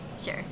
sure